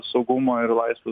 saugumo ir laisvių